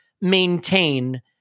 maintain